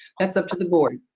that's up to the board.